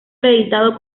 reeditado